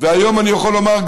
והיום אני יכול לומר,